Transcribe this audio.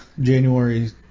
January